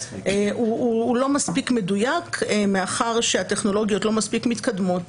הוא לא מספיק מדויק מאחר שהטכנולוגיות לא מספיק מתקדמות